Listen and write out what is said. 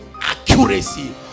accuracy